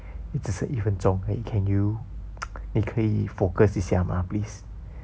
eh 只剩一分钟而已 can you 你可以 focus 一下吗 please